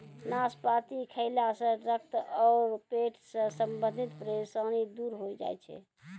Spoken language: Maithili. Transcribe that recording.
नाशपाती खैला सॅ रक्त आरो पेट सॅ संबंधित परेशानी दूर होय जाय छै